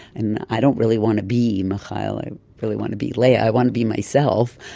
and i don't really want to be michael, i really want to be leah, i want to be myself,